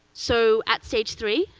so at stage three,